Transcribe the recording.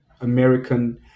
American